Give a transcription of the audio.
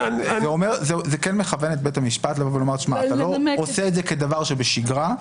זה כן מכוון את בית המשפט לומר שאתה לא עושה את זה כדבר שבשגרה,